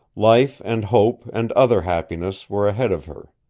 life and hope and other happiness were ahead of her.